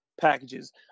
Packages